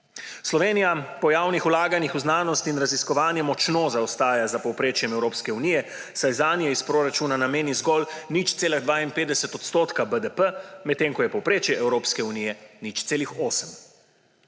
Slovenija po javnih vlaganjih v znanost in raziskovanje močno zaostaja za povprečjem Evropske unije, saj zanje iz proračuna nameni zgolj 0,52 % BDP, medtem ko je povprečje Evropske unije 0,8 %.